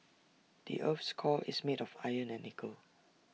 the Earth's core is made of iron and nickel